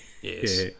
Yes